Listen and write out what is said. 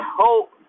hope